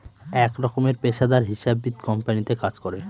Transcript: এক রকমের পেশাদার হিসাববিদ কোম্পানিতে কাজ করে